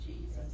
Jesus